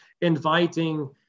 inviting